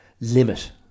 limit